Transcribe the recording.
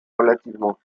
relativement